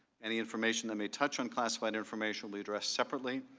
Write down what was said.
and the information that may touch unclassified information will be addressed separately.